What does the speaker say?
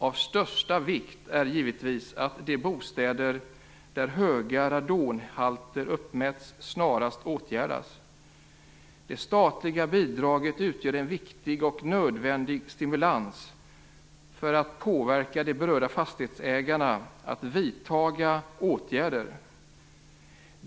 Av största vikt är givetvis att de bostäder där höga radonhalter uppmätts snarast åtgärdas. Det statliga bidraget utgör en viktig och nödvändig stimulans för att påverka de berörda fastighetsägarna att vidta åtgärder.